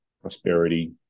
prosperity